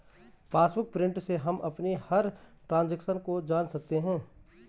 passbook print से हम अपनी हर ट्रांजेक्शन को जान सकते है